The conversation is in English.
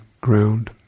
ground